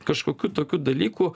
kažkokių tokių dalykų